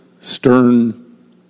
stern